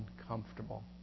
uncomfortable